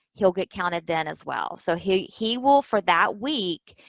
he'll get counted then as well. so, he he will, for that week,